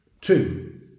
Two